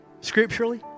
scripturally